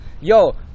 Yo